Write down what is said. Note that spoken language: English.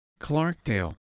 Clarkdale